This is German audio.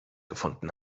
gefunden